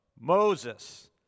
Moses